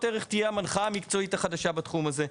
ערך תהיה המנחה המקצועית החדשה בתחום הזה.